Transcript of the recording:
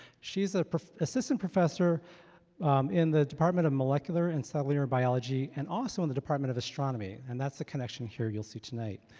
she's a assistant professor in the department of molecular and cellular biology and also in the department of astronomy, and that's the connection here you'll see tonight.